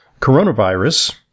coronavirus